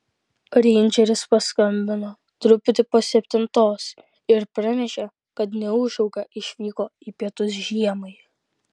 reindžeris paskambino truputį po septintos ir pranešė kad neūžauga išvyko į pietus žiemai